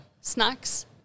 snacks